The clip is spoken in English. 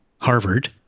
Harvard